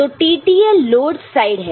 तो TTL load side है